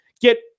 get